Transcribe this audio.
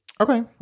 Okay